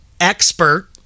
expert